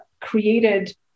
created